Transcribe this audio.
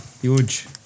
huge